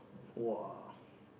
!wah!